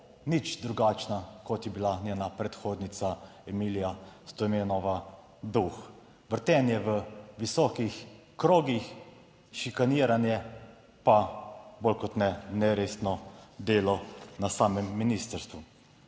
nič drugačna kot je bila njena predhodnica Emilija Stojmenova Duh. Vrtenje v visokih krogih, šikaniranje pa bolj kot ne neresno delo na samem ministrstvu.